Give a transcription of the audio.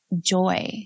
joy